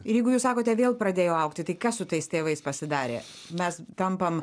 ir jeigu jūs sakote vėl pradėjo augti tai kas su tais tėvais pasidarė mes tampam